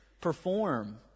Perform